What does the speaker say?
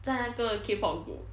在那个 K-pop group